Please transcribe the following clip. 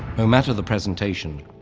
no matter the presentation,